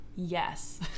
Yes